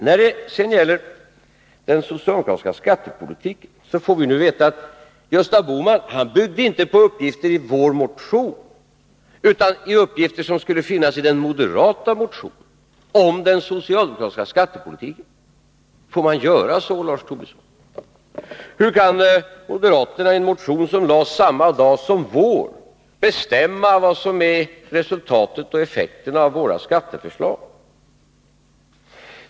När det gäller den socialdemokratiska skattepolitiken får vi nu veta att Gösta Bohman inte byggde på uppgifter i vår motion utan på uppgifter som skulle finnas i den moderata motionen om den socialdemokratiska skattepolitiken. Får man göra så, Lars Tobisson? Hur kan moderaterna i en motion som lades fram samma dag som vår motion bestämma vad som är resultatet och effekterna av våra skatteförslag?